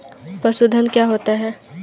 पशुधन क्या होता है?